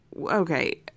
okay